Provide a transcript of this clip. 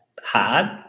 hard